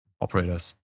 operators